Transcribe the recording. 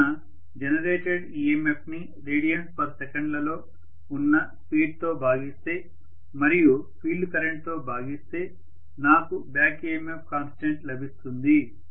అందువలన generated EMF ని radians second లలో ఉన్న స్పీడ్ తో భాగిస్తే మరియు ఫీల్డ్ కరెంటుతో భాగిస్తే నాకు బ్యాక్ EMF కాన్స్టెంట్ లభిస్తుంది